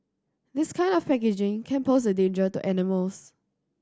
this kind of packaging can pose a danger to animals